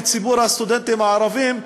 לציבור הסטודנטים הערבים,